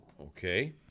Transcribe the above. Okay